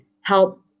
help